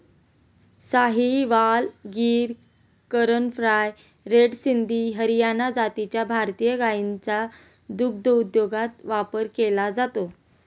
Sahiwal, Gir, Karan Fries, red Sindhi, Haryana जातीच्या भारतीय गायींचा दुग्धोद्योगात वापर केला जातो